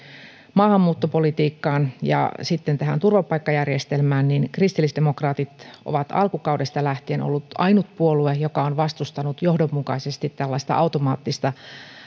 maahanmuuttopolitiikkaan ja sitten tähän turvapaikkajärjestelmään kristillisdemokraatit on alkukaudesta lähtien ollut ainut puolue joka on vastustanut johdonmukaisesti tällaista automaattista